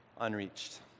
unreached